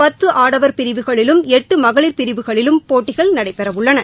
பத்து ஆடவர் பிரிவுகளிலும் எட்டு மகளிர் பிரிவுகளிலும் போட்டிகள் நடைபெறவுள்ளன